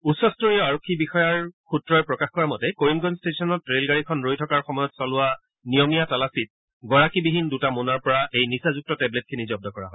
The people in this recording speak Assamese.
উচ্চস্তৰীয় আৰক্ষী বিষয়াৰ সূত্ৰই প্ৰকাশ কৰা মতে কৰিমগঞ্জ ট্টেছনত ৰেলগাড়ীখন ৰৈ থকাৰ সময়ত চলোৱা নিয়মীয়া তালাচীত গৰাকীবিহীন দুটা মোনাৰ পৰা এই নিচাযুক্ত টেবলেটখিনি জব্দ কৰা হয়